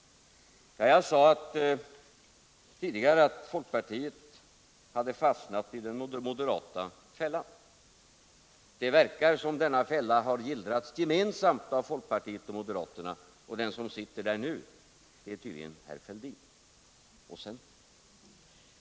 Jag sade tidigare att folkpartiet hade fastnat i den moderata fällan. Men det verkar som om denna fälla har gillrats gemensamt av folkpartiet och moderaterna. Den som sitter där nu är tydligen herr Fälldin och centern.